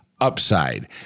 UPSIDE